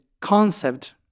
concept